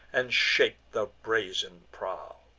and shake the brazen prow.